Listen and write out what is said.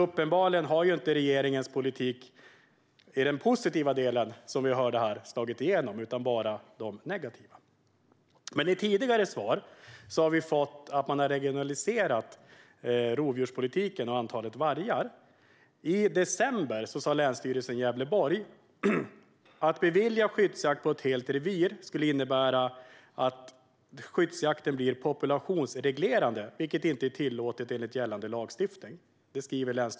Uppenbarligen har alltså den positiva delen av regeringens politik inte slagit igenom utan bara den negativa. I tidigare svar har vi fått höra att man har regionaliserat rovdjurspolitiken och antalet vargar. I december skrev Länsstyrelsen i Gävleborg på sin hemsida: Att bevilja skyddsjakt på ett helt revir skulle innebära att skyddsjakten blir populationsreglerande, vilket inte är tillåtet enligt gällande lagstiftning.